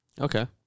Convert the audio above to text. Okay